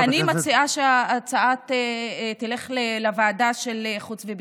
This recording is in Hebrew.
אני מציעה שההצעה תלך לוועדת חוץ וביטחון,